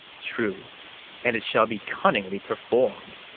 true and it shall be cunningly perform'd.